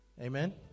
Amen